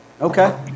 Okay